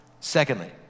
Secondly